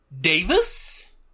Davis